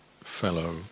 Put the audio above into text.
fellow